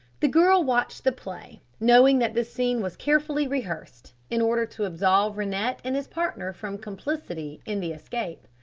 the girl watched the play, knowing that this scene was carefully rehearsed, in order to absolve rennett and his partner from complicity in the escape.